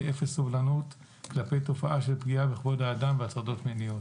אפס סובלנות כלפי תופעה של פגיעה בכבוד האדם והטרדות מיניות.